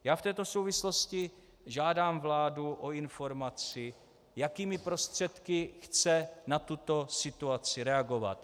Já v této souvislosti žádám vládu o informaci, jakými prostředky chce na tuto situaci reagovat.